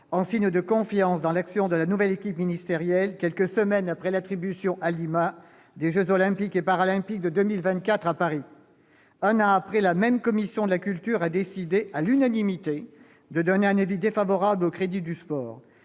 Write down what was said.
en signe de confiance dans l'action de la nouvelle équipe ministérielle et quelques semaines après l'attribution, à Lima, des jeux Olympiques et Paralympiques de 2024 à Paris. Un an après, la même commission de la culture a décidé, à l'unanimité, de donner un avis défavorable sur les crédits du sport.